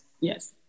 Yes